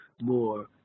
more